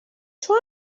چون